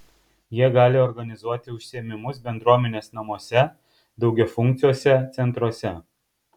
jie gali organizuoti užsiėmimus bendruomenės namuose daugiafunkciuose centruose